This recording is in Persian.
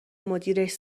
مدیرش